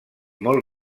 molt